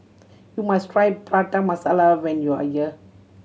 you must try Prata Masala when you are here